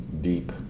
deep